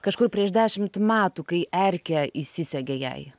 kažkur prieš dešimt metų kai erkė įsisegė jai